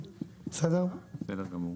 בסדר גמור.